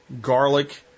garlic